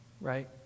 right